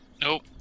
Nope